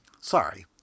Sorry